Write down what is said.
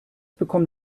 bekommen